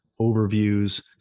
overviews